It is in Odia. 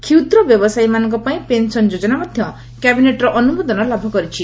ଷୁଦ୍ର ବ୍ୟବସାୟୀମାନଙ୍କ ପାଇଁ ପେନ୍ସନ୍ ଯୋଜନା ମଧ କ୍ୟାବିନେଟ୍ର ଅନୁମୋଦନ ଲାଭ କରିଛି